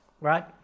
right